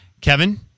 Kevin